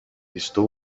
estou